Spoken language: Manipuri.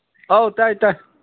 ꯑꯧ ꯇꯥꯏ ꯇꯥꯏ